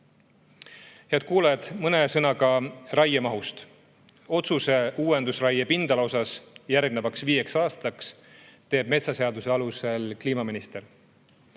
Head kuulajad! Mõne sõnaga raiemahust. Otsuse uuendusraie pindala kohta järgnevaks viieks aastaks teeb metsaseaduse alusel kliimaminister.